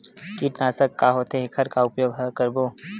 कीटनाशक का होथे एखर का उपयोग करबो?